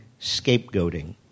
scapegoating